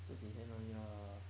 这几天而已 lah